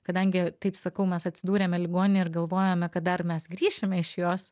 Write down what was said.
kadangi taip sakau mes atsidūrėme ligoninėje ir galvojome kad dar mes grįšime iš jos